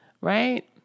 right